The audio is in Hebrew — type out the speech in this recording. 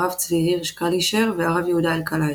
הרב צבי הירש קאלישר והרב יהודה אלקלעי.